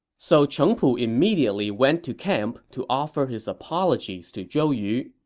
so cheng pu immediately went to camp to offer his apologies to zhou yu.